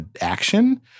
action